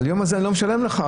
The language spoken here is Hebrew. על היום הזה אני לא משלם לך,